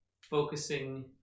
focusing